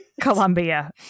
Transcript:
Colombia